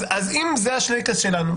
אז אם זה השלייקס שלנו,